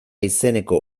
izeneko